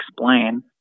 explain